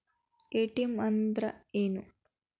ATM ಅಂದ್ರ ಏನು?